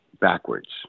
backwards